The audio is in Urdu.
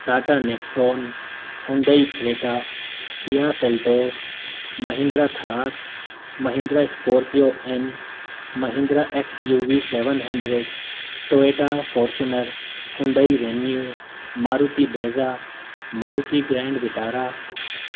Tata Nexon Hyundai Creta Kia Seltos Mahindra Thar Mahindra Scorpio N Mahindra X U V seven hundred Toyota Fortuner Hyundai Venue Maruti Brezza Maruti Grand Vitara